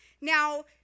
Now